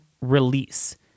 release